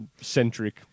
Centric